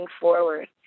forward